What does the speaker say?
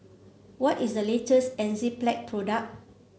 what is the latest Enzyplex product